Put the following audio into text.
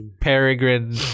peregrine